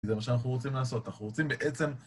זה מה שאנחנו רוצים לעשות, אנחנו רוצים בעצם...